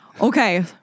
Okay